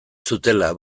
zutela